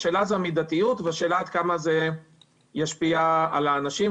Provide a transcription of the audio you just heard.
השאלה זו המידתיות והשאלה עד כמה זה ישפיע על האנשים.